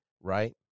right